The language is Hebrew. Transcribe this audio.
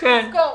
צריך לזכור,